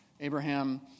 Abraham